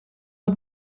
het